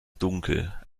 dunkel